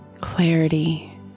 clarity